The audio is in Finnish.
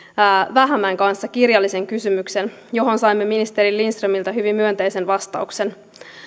vähämäen kanssa kirjallisen kysymyksen johon saimme ministeri lindströmiltä hyvin myönteisen vastauksen